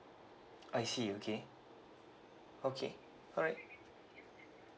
I see okay okay alright